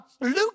Luke